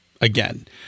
again